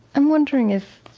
i'm wondering if,